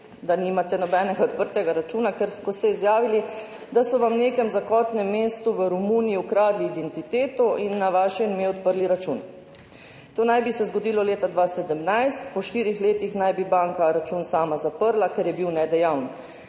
da nimate nobenega odprtega računa, in ste izjavili, da so vam v nekem zakotnem mestu v Romuniji ukradli identiteto in na vaše ime odprli račun. To naj bi se zgodilo leta 2017, po štirih letih naj bi banka račun sama zaprla, ker je bil nedejaven.